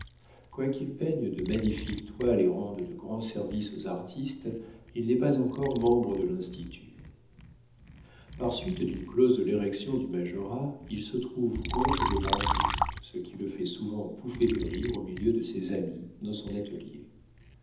rente quoiqu'il peigne de magnifiques toiles et rende de grands services aux artistes il n'est pas encore membre de l'institut par suite d'une clause de l'érection du majorat il se trouve comte de brambourg ce qui le fait souvent pouffer de rire au milieu de ses amis dans son atelier